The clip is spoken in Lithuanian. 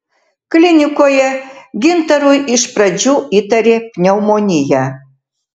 klinikoje gintarui iš pradžių įtarė pneumoniją